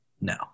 No